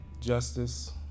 justice